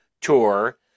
tour